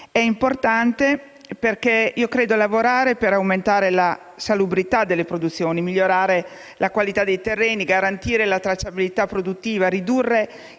È importante perché ritengo che lavorare per aumentare la salubrità delle produzioni, migliorare la qualità dei terreni, garantire la tracciabilità produttiva e ridurre